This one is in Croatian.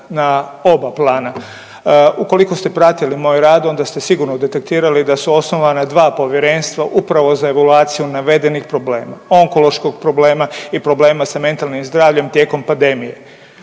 na oba plana. Ukoliko ste pratili moj rad onda ste sigurno detektirali da su osnovana dva povjerenstva upravo za evaluaciju navedenih problema, onkološkog problema i problema sa mentalnim zdravljem tijekom pandemije.